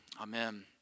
Amen